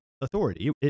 authority